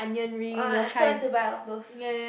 [wah] I also like to buy a lot of those